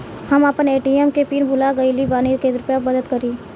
हम आपन ए.टी.एम के पीन भूल गइल बानी कृपया मदद करी